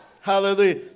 Hallelujah